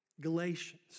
Galatians